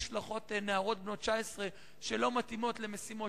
נשלחות נערות בנות 19 שלא מתאימות למשימות